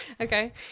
Okay